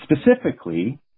Specifically